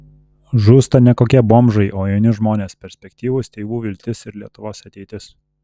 žūsta ne kokie bomžai o jauni žmonės perspektyvūs tėvų viltis ir lietuvos ateitis